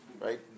Right